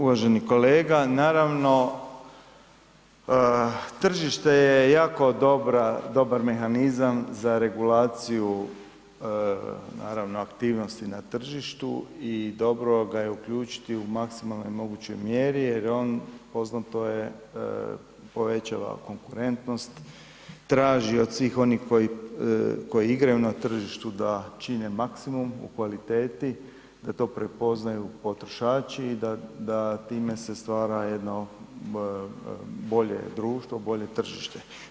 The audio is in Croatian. Uvaženi kolega naravno tržište je jako dobra, dobar mehanizam za regulaciju naravno aktivnosti na tržištu i dobro ga je uključiti u maksimalnoj mogućoj mjeri jer je on, poznato je povećava konkurentnost, traži od svih onih koji igraju na tržištu da čine maksimum u kvaliteti, da to prepoznaju potrošači i da time se stvara jedno bolje društvo, bolje tržište.